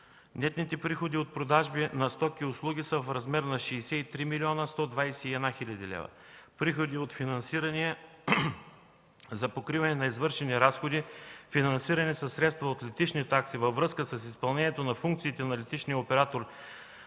Нетните приходи от продажби на стоки и услуги са в размер на 63 млн. 121 хил. лв. Приходите от финансиране за покриване на извършени разходи, финансирани със средства от летищни такси във връзка с изпълнението на функциите на летищния оператор